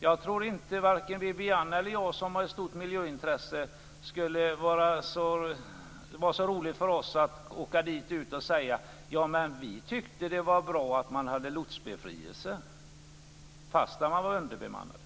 Jag tror inte att vare sig Viviann Gerdin eller jag, som har ett stort miljöintresse, skulle tycka att det var så roligt att åka dit ut och säga: Men vi tyckte att det var bra att man hade lotsbefrielse, fast man var underbemannad.